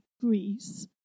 Greece